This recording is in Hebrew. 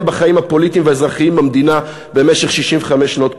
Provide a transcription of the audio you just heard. בחיים הפוליטיים והאזרחיים במדינה במשך 65 שנות קיומה.